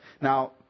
Now